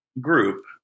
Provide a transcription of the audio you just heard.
group